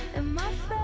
a month